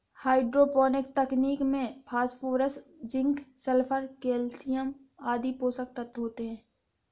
hydroponics तकनीक में phosphorus, zinc, sulphur, calcium आदि पोषक तत्व होते है